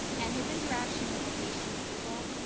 and his interaction with the haitian people,